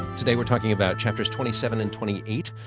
today we're talking about chapters twenty seven and twenty eight,